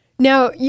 Now